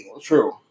true